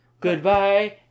Goodbye